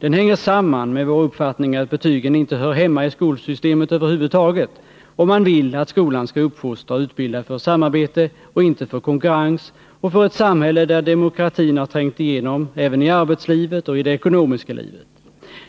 Den hänger samman med vår uppfattning att betyg inte hör hemma i skolsystemet över huvud taget, om man vill att skolan skall uppfostra och utbilda för samarbete och inte för konkurrens, för ett samhälle där demokratin har trängt igenom även i arbetslivet och det ekonomiska livet.